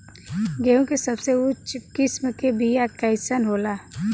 गेहूँ के सबसे उच्च किस्म के बीया कैसन होला?